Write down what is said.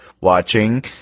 watching